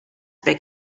big